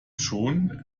schon